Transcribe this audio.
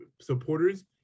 supporters